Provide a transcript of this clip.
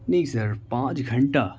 نہیں سر پانچ گھنٹہ